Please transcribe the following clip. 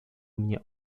mnie